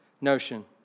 notion